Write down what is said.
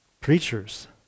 preachers